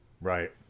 Right